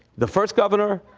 the first governor,